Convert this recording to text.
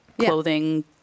clothing